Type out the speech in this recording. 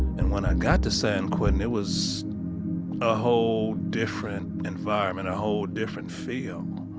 and when i got to san quentin, it was a whole different environment, a whole different feel,